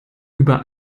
über